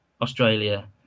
Australia